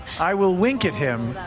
i will wink at him